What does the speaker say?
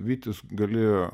vytis galėjo